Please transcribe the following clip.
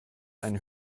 ein